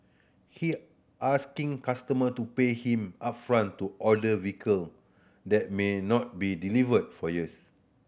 he asking customer to pay him upfront to order vehicle that may not be delivered for years